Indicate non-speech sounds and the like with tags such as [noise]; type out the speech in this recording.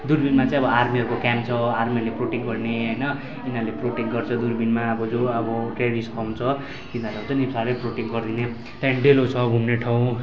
दुर्पिनमा चाहिँ अब आर्मीहरूको क्याम्प छ आर्मीहरूले प्रोटेक्ट गर्ने होइन उनीहरूले प्रोटेक्ट गर्छ दुर्पिनमा अब जो अब टेरोरिस्ट आउँछ तिनीहरूलाई चाहिँ [unintelligible] प्रोटेक्ट गर्दिने त्यहाँदेखि डेलो छ घुम्ने ठाउँ